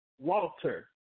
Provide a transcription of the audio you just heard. Walter